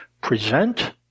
Present